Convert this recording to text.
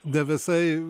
ne visai